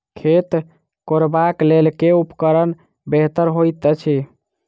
खेत कोरबाक लेल केँ उपकरण बेहतर होइत अछि?